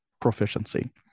proficiency